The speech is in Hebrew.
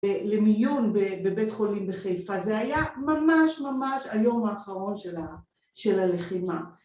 למיון בבית חולים בחיפה, זה היה ממש ממש היום האחרון של ה... של הלחימה